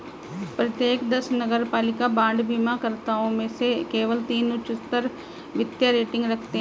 प्रत्येक दस नगरपालिका बांड बीमाकर्ताओं में से केवल तीन उच्चतर वित्तीय रेटिंग रखते हैं